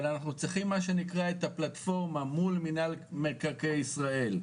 אבל אנחנו צריכים מה שנקרא את הפלטפורמה מול מינהל מקרקעי ישראל,